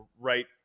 right